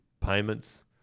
payments